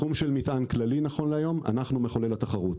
בתחום של מטען כללי נכון להיום אנחנו מחוללי התחרות.